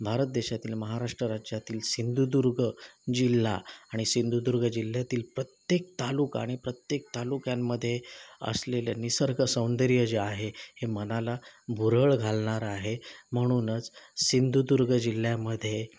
भारत देशातील महाराष्ट्र राज्यातील सिंधुदुर्ग जिल्हा आणि सिंधुदुर्ग जिल्ह्यातील प्रत्येक तालुका आणि प्रत्येक तालुक्यांमध्ये असलेले निसर्ग सौंदर्य जे आहे हे मनाला भुरळ घालणार आहे म्हणूनच सिंधुदुर्ग जिल्ह्यामध्ये